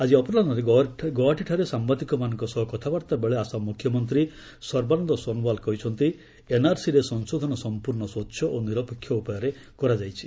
ଆଜି ଅପରାହରେ ଗୌହାଟିଠାରେ ସାମ୍ବାଦିକମାନଙ୍କ ସହ କଥାବାର୍ତ୍ତାବେଳେ ଆସାମ ମୁଖ୍ୟମନ୍ତ୍ରୀ ସର୍ବାନନ୍ଦ ସୋନୋୱାଲ୍ କହିଛନ୍ତି ଏନ୍ଆର୍ସିରେ ସଂଶୋଧନ ସମ୍ପର୍ଶ୍ଣ ସ୍ୱଚ୍ଛ ଓ ନିରପେକ୍ଷ ଉପାୟରେ କରାଯାଇଛି